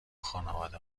خانواده